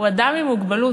הוא אדם עם מוגבלות,